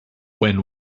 when